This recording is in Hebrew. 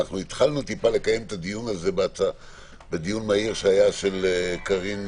התחלנו קצת לקיים את הדיון הזה בדיון מהיר של ח"כ קארין